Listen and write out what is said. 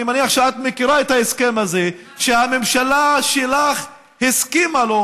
אני מניח שאת מכירה את ההסכם הזה שהממשלה שלך הסכימה לו,